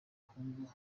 ahubwo